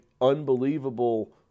unbelievable